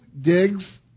digs